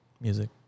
music